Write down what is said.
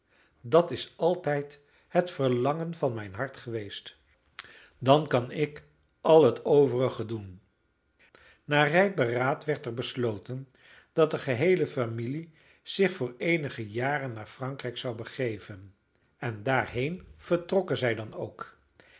dat is altijd het verlangen van mijn hart geweest dan kan ik al het overige doen na rijp beraad werd er besloten dat de geheele familie zich voor eenige jaren naar frankrijk zou begeven en daarheen vertrokken zij dan ook